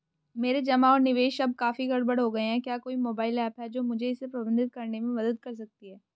मेरे जमा और निवेश अब काफी गड़बड़ हो गए हैं क्या कोई मोबाइल ऐप है जो मुझे इसे प्रबंधित करने में मदद कर सकती है?